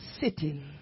sitting